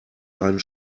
einen